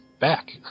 back